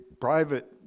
private